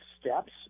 steps